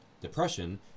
Depression